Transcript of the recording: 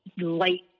light